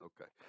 Okay